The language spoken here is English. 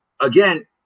again